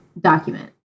document